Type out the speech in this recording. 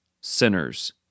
sinners